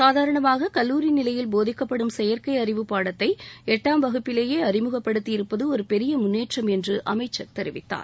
சாதாரணமாக கல்லூரி நிலையில் போதிக்கப்படும் செயற்கை அறிவு பாடத்தை எட்டாம் வகுப்பிலேயே அறிமுகப்படுத்தியிருப்பது ஒரு பெரிய முன்னேற்றம் என்று அமைச்சர் தெரிவித்தார்